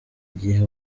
gihe